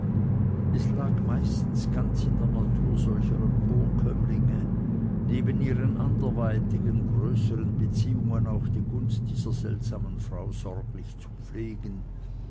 es lag meistens ganz in der natur solcher emporkömmlinge neben ihren anderweitigen größern beziehungen auch die gunst dieser seltsamen frau sorglich zu pflegen